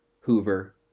Hoover